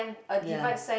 ya